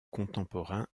contemporain